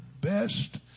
best